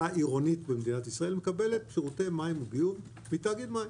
העירונית במדינת ישראל מקבלת שירותי מים וביוב מתאגיד מים.